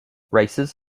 races